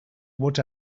what